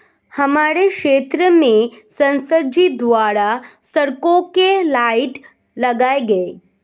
हमारे क्षेत्र में संसद जी द्वारा सड़कों के लाइट लगाई गई